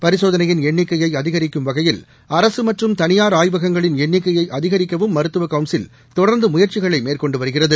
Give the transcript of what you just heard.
பரிசோதனையின் எண்ணிக்கையைஅதிகரிக்கும் வகையில் அரசுமற்றும் தனியாா் ஆய்வகங்களின் எண்ணிக்கையைஅதிகரிக்கவும் மருத்துவக் கவுன்சில் தொடர்ந்துமுயற்சிகளைமேற்கொண்டுவருகிறது